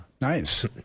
Nice